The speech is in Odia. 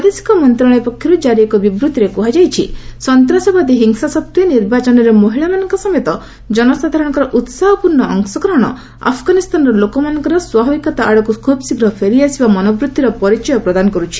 ବୈଦେଶିକ ମନ୍ତ୍ରଶାଳୟ ପକ୍ଷରୁ ଜାରି ଏକ ବିବୂଭିରେ କୁହାଯାଇଚି ଯେସନ୍ତାସବାଦୀ ହିଂସା ସତ୍ତ୍ୱେ ନିର୍ବାଚନରେ ମହିଳାମାନଙ୍କ ସମେତ ଜନସାଧାରଣଙ୍କର ଉତ୍ସାହପୂର୍ଣ୍ଣ ଅଂଶଗହଣ ଆଫଗାନିସ୍ତାନର ଲୋକମାନଙ୍କର ସ୍ୱାଭାବିକତା ଆଡକ୍ ଖୁବଶୀଘ୍ର ଫେରି ଆସିବା ମନୋବୃତ୍ତିର ପରିଚୟ ପ୍ରଦନ କରୁଛି